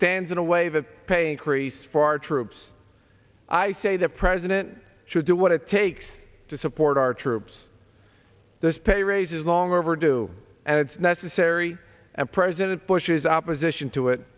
stands in a way that pay increase for our troops i say the president should do what it takes to support our troops this pay raises long overdue and it's necessary and president bush's opposition to it